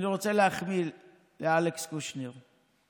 אני רוצה להחמיא לאלכס קושניר.